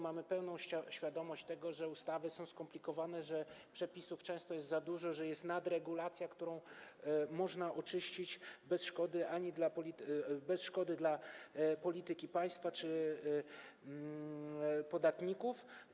Mamy pełną świadomość tego, że ustawy są skomplikowane, że przepisów często jest za dużo, że jest nadregulacja, którą można oczyścić bez szkody dla polityki państwa czy podatników.